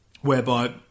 whereby